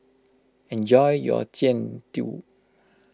enjoy your Jian Dui